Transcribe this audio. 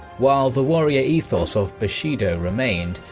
while the warrior ethos of bushido remained,